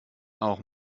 auch